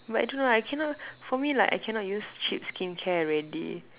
but I don't know I cannot for me like I cannot use cheap skincare already